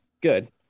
good